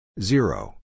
Zero